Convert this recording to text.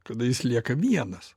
kada jis lieka vienas